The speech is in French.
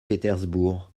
pétersbourg